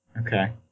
Okay